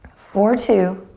for two,